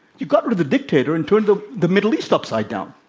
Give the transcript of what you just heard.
you got rid of the dictator and turned the the middle east upside down.